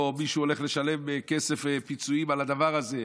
מישהו הולך לשלם פיצויים על הדבר הזה,